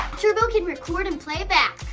turbo can record and playback.